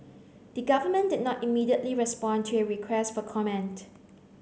the government did not immediately respond to a request for comment